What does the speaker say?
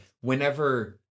whenever